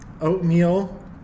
oatmeal